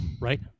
Right